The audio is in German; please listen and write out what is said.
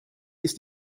ist